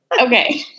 Okay